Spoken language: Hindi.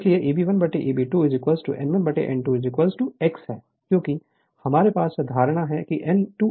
और इसलिए Eb1Eb2 n1 n2 x है क्योंकि हमारे पास धारणा n2 x है